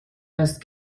است